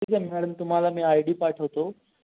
ठीक आहे मॅडम तुम्हाला मी आय डी पाठवतो